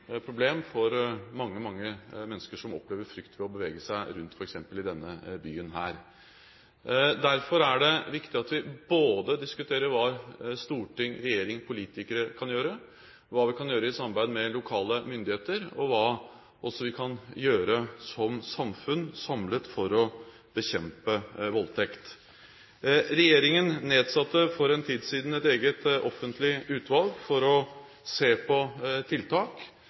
problem for mange, mange mennesker som opplever det ved å bevege seg rundt, f.eks. i denne byen. Derfor er det viktig at vi både diskuterer hva storting, regjering, politikere kan gjøre, hva vi kan gjøre i samarbeid med lokale myndigheter og hva vi kan gjøre samlet, som samfunn for å bekjempe voldtekt. Regjeringen nedsatte for en tid siden et eget offentlig utvalg for å se på tiltak. Det har kommet med sin innstilling, og vi følger nå opp tiltak